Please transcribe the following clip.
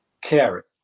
carrot